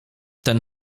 ten